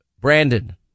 Brandon